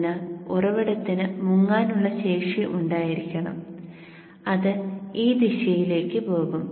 അതിനാൽ ഉറവിടത്തിന് മുങ്ങാനുള്ള ശേഷി ഉണ്ടായിരിക്കണം അത് ഈ ദിശയിലേക്ക് പോകും